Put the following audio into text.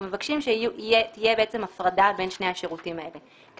אנחנו מבקשים שתהיה הפרדה בין שני השירותים האלה כי